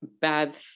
bad